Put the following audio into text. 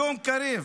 היום קרב